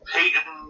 Peyton